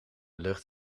lucht